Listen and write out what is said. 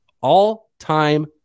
all-time